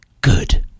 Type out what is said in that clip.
Good